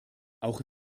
auch